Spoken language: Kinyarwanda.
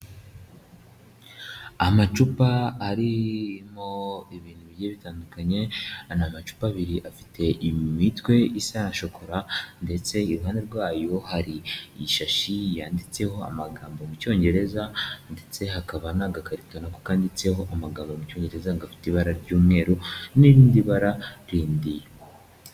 Amacupa arimo ibintu bigiye bitandukanye n'amacupa abiri afite imitwe isa nka shokora ndetse iruhande rwayo hari ishashi yanditseho amagambo mu cyongereza ndetse hakaba n'agakarito nako kanditseho amagambo mu cyongereza gafite ibara ry'umweru n'irindi bara rindi.